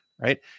Right